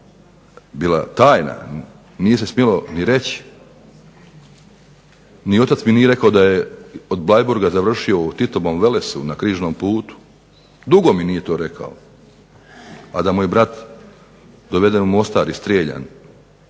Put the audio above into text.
bila tajna, nije se smjelo ni reći, ni otac mi nije rekao da je od Bleiburga završio u …/Ne razumije se./… na križnom putu. Dugo mi nije to rekao, a da mu je brat doveden u Mostar i strijeljan,